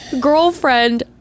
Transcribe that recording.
girlfriend